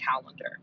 calendar